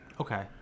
Okay